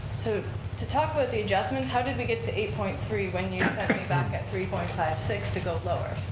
to to talk with the adjustments, how did we get to eight point three when you sent me back at three point five six to go lower?